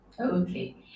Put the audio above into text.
okay